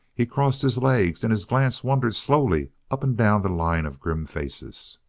he crossed his legs and his glance wandered slowly up and down the line of grim faces.